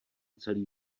celý